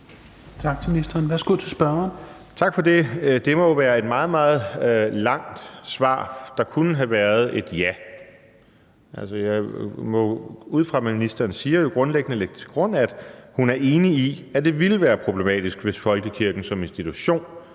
Tak for det. Det var jo et meget, meget langt svar på noget, der kunne have været et ja. Altså, jeg må jo ud fra, hvad ministeren siger, grundlæggende lægge til grund, at hun er enig i, at det ville være problematisk, hvis folkekirken som institution